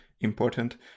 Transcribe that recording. important